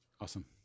Awesome